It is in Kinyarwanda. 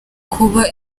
kuba